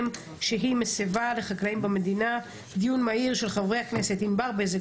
שהיא מסבה לחקלאים במדינה - דיון מהיר של חברי הכנסת ענבר בזק,